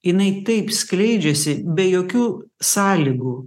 jinai taip skleidžiasi be jokių sąlygų